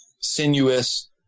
sinuous